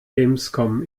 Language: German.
gamescom